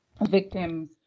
victims